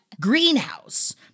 greenhouse